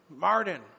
Martin